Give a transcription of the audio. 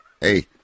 Hey